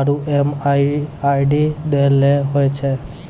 आरु एम.एम.आई.डी दै ल होय छै